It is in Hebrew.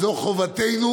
זו חובתנו.